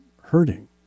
hurting